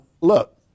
look